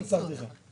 זו חברה ממשלתית.